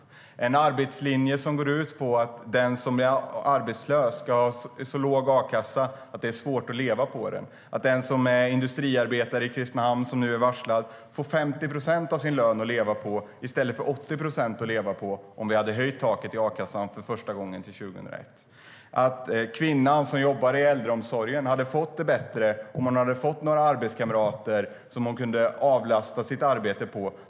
Det är en arbetslinje som går ut på att den som är arbetslös ska ha en så låg a-kassa att det är svårt att leva på den och att den som är industriarbetare i Kristinehamn och nu är varslad får 50 procent av sin lön att leva på i stället för 80 procent att leva på, som det skulle ha blivit om vi hade höjt taket i a-kassan för första gången sedan 2001. Kvinnan i äldreomsorgen hade fått det bättre om hon hade fått några arbetskamrater att kunna avlasta sitt arbete på.